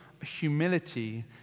humility